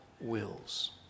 wills